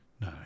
No